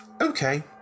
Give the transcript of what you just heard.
Okay